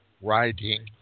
writing